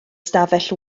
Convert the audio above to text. stafell